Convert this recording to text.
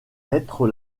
être